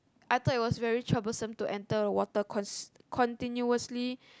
I thought it was very troublesome to enter water cause contiously